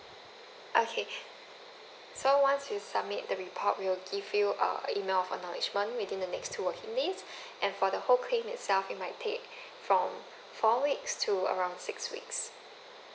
okay so once you submit the report we'll give you a email of acknowledgement within the next two working days and for the whole claim itself it might take from four weeks to around six weeks